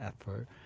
effort